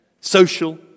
social